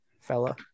fella